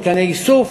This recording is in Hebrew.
מתקני איסוף,